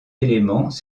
éléments